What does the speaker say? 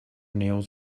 nails